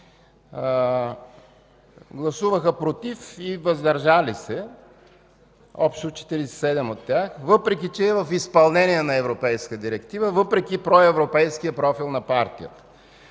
гласуваха „против” и „въздържали се” – общо 47 от тях, въпреки че е в изпълнение на европейската директива, въпреки проевропейския профил на партията.